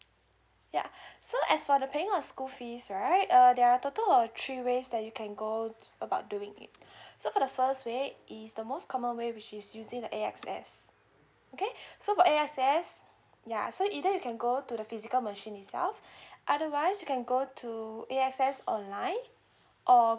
yeah so as for the paying of school fees right uh there are total of three ways that you can go about doing it so the first way is the most common way which is using the A_X_S okay so A_X_S ya so either you can go to the physical machine itself otherwise you can go to A_X_S online or